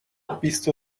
بیست